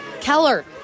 Keller